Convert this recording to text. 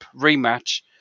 rematch